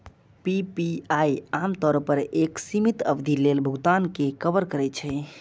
PPI आम तौर पर एक सीमित अवधि लेल भुगतान कें कवर करै छै